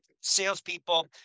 salespeople